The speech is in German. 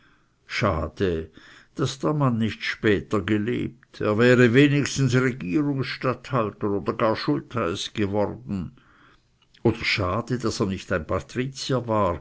schade daß der mann nicht später gelebt er wäre wenigstens regierungsstatthalter oder gar schultheiß geworden oder schade daß er nicht ein patrizier war